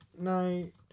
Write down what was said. Night